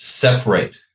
separate